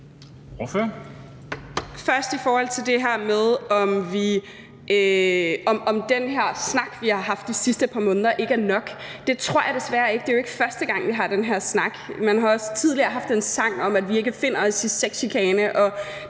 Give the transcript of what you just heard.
det, i forhold til om den her snak, vi har haft de sidste par måneder, ikke er nok: Det tror jeg desværre ikke. Det er jo ikke første gang, at vi har den her snak. Man har også tidligere haft en sang om, at vi ikke finder os i sexchikane,